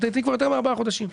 לדעתי יותר מארבעה חודשים.